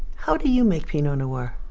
how do you make pinot noir?